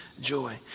joy